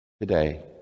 today